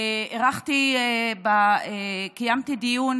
קיימתי דיון